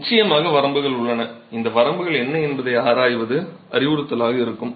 நிச்சயமாக வரம்புகள் உள்ளன இந்த வரம்புகள் என்ன என்பதை ஆராய்வது அறிவுறுத்தலாக இருக்கும்